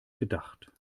gedacht